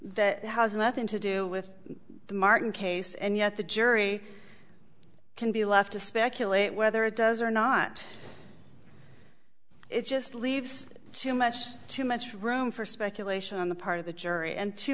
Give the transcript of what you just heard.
that has nothing to do with the martin case and yet the jury can be left to speculate whether it does or not it just leaves too much too much room for speculation on the part of the jury and too